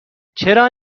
چرا